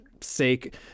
sake